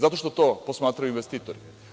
Zato što to posmatraju investitori.